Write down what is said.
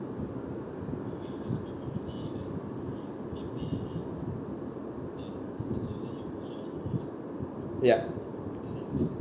ya